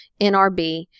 NRB